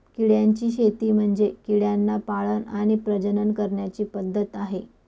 किड्यांची शेती म्हणजे किड्यांना पाळण आणि प्रजनन करण्याची पद्धत आहे